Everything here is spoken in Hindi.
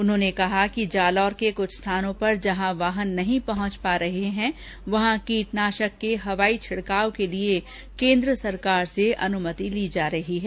उन्होंने कहा कि जालोर के कृछ स्थानों पर जहां वाहन नहीं पहंच पा रहे वहां कीटनाशक के हवाई छिड़काव के लिए केन्द्र सरकार से अनुमति ली जा रही है